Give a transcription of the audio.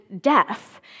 death